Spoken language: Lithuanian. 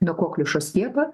nuo kokliušo skiepą